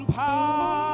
power